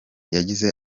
yagize